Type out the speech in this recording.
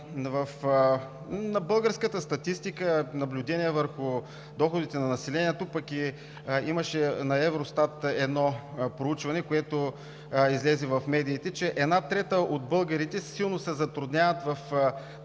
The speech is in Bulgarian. българската статистика, наблюдения върху доходите на населението, пък имаше едно проучване на Евростат, което излезе в медиите, че една трета от българите силно се затрудняват в